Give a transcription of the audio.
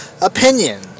opinion